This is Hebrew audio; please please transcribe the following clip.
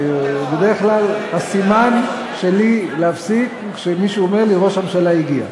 בדרך כלל הסימן שלי להפסיק הוא כשמישהו אומר לי: ראש הממשלה הגיע.